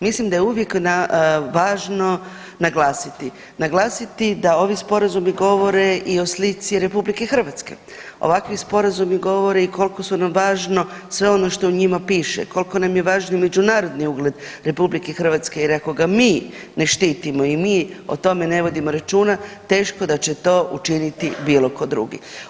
Mislim da je uvijek važno naglasiti, naglasiti da ovi sporazumi govore i o slici RH, ovakvi sporazumi govore i koliko su nam važno sve ono što u njima piše, koliko nam je važan međunarodni ugled RH jer ako ga mi ne štitimo i mi o tome ne vodimo računa teško da će to učiniti bilo ko drugi.